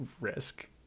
risk